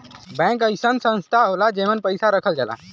bank अइसन संस्था होला जेमन पैसा रखल जाला